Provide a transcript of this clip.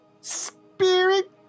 spirit